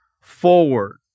forward